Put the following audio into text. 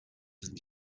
sind